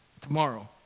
tomorrow